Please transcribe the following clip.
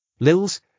Lils